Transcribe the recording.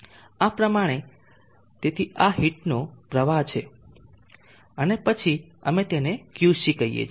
આ પ્રમાણે તેથી આ હીટનો પ્રવાહ છે અને પછી અમે તેને QC કહીએ છીએ